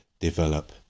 develop